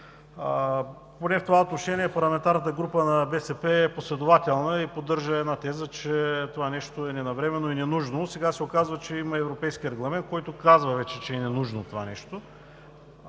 Поне в това отношение, парламентарната група на БСП е последователна и поддържа една теза, че това нещо е ненавременно и ненужно. Сега се оказва, че има европейски регламент, който казва вече, че е ненужно това нещо.